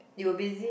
you're busy